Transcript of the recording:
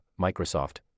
Microsoft